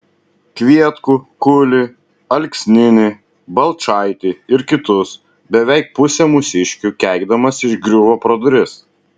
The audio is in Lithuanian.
kvietkų kulį alksninį balčaitį ir kitus beveik pusę mūsiškių keikdamas išgriuvo pro duris